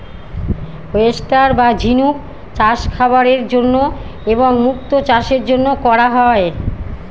oyster বা ঝিনুক চাষ খাবারের জন্য এবং মুক্তো চাষের জন্য করা হয়